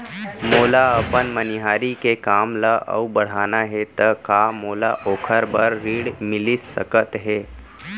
मोला अपन मनिहारी के काम ला अऊ बढ़ाना हे त का मोला ओखर बर ऋण मिलिस सकत हे?